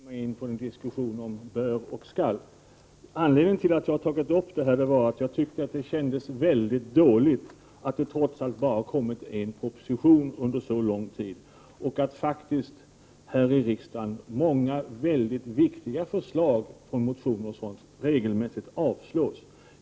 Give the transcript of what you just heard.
Herr talman! Jag tänker inge ge mig in på någon diskussion om ”bör” och ”skall”. Anledningen till att jag tog upp detta var att det kändes väldigt dåligt att det trots allt bara kommit en proposition under så lång tid och att faktiskt här iriksdagen många väldigt viktiga förslag i motioner m.m. regelmässigt avslås.